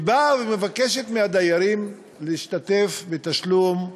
ובאות ומבקשות מהדיירים להשתתף בתשלום.